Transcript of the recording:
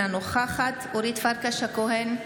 אינה נוכחת אורית פרקש הכהן,